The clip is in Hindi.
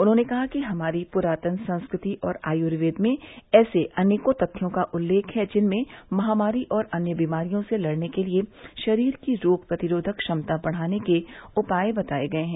उन्होंने कहा कि हमारी प्रातन संस्कृति और आयूर्वेद में ऐसे अनेकों तथ्यों का उल्लेख है जिनमें महामारी और अन्य बीमारियों से लड़ने के लिए शरीर की रोग प्रतिरोधक क्षमता बढ़ाने के उपाय बताए गए हैं